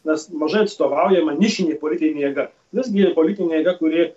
nes mažai atstovaujama nišinė politinė jėga visgi politinė jėga kuri